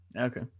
okay